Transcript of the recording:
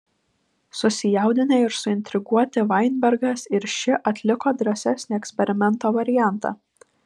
susijaudinę ir suintriguoti vainbergas ir ši atliko drąsesnį eksperimento variantą